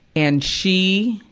and she